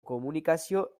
komunikazio